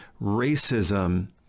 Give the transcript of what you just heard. Racism